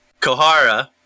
Kohara